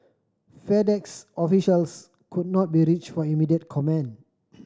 FedEx officials could not be reached for immediate comment